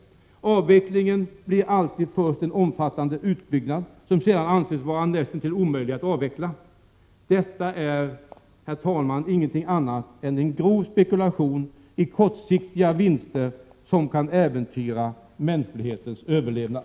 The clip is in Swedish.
Avvecklingen innebär alltid först en omfattande utbyggnad som sedan anses vara näst intill omöjlig att avveckla. Detta är, herr talman, ingenting annat än en grov spekulation i kortsiktiga vinster som kan äventyra mänsklighetens överlevnad.